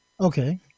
Okay